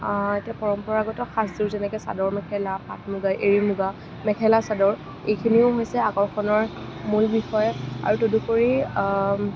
এতিয়া পৰম্পৰাগত সাজযোৰ যেনেকৈ চাদৰ মেখেলা পাট মুগা এৰী মুগা মেখেলা চাদৰ এইখিনিও হৈছে আকৰ্ষণৰ মূল বিষয় আৰু তদুপৰি